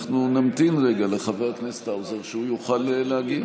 אנחנו נמתין רגע לחבר הכנסת האוזר כדי שהוא יוכל להגיע.